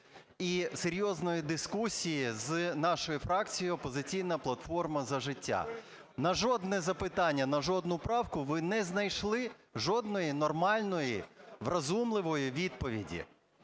і серйозної дискусії з нашою фракцією "Опозиційна платформа - За життя". На жодне запитання, на жодну правку ви не знайшли жодної нормальної, врозумливої відповіді.